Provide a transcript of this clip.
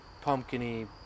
pumpkin-y